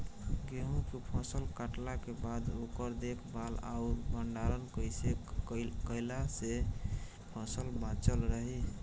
गेंहू के फसल कटला के बाद ओकर देखभाल आउर भंडारण कइसे कैला से फसल बाचल रही?